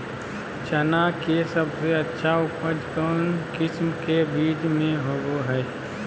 चना के सबसे अच्छा उपज कौन किस्म के बीच में होबो हय?